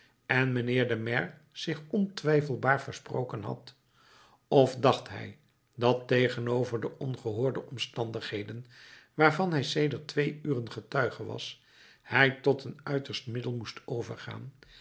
en mijnheer de maire zich ontwijfelbaar versproken had of dacht hij dat tegenover de ongehoorde omstandigheden waarvan hij sedert twee uren getuige was hij tot een uiterst middel moest overgaan